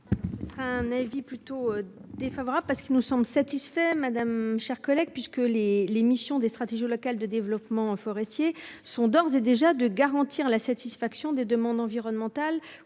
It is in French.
Sera un avis plus. Défavorable, parce que nous sommes satisfaits madame chers collègues puisque les les missions des stratégies locales de développement forestier sont d'ores et déjà de garantir la satisfaction des demandes environnemental